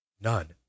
None